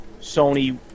Sony